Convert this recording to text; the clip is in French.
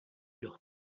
leur